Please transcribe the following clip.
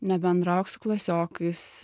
nebendrauk su klasiokais